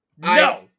No